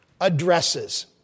addresses